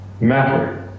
matter